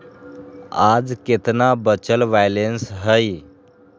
आज केतना बचल बैलेंस हई?